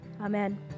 Amen